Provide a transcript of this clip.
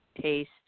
taste